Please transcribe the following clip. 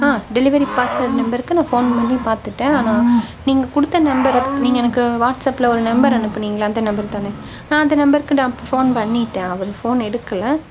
ஆ delivery partner நம்பருக்கு நான் phone பண்ணிப் பார்த்துட்டேன் ஆனால் நீங்கள் கொடுத்த நம்பருக்கு நீங்கள் எனக்கு வாட்ஸ்அப்ல ஒரு நம்பர் அனுப்புனீங்கள்ல அந்த நம்பர்தானே நான் அந்த நம்பருக்கு நான் ஃபோன் பண்ணிட்டேன் அவர் ஃபோன் எடுக்கலை